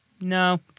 No